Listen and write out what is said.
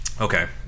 Okay